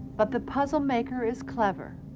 but the puzzle maker is clever.